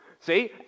See